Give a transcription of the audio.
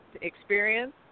experience